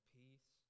peace